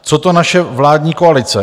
Co na to naše vládní koalice?